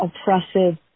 oppressive